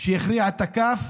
שהכריע את הכף,